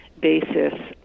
basis